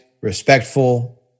respectful